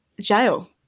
jail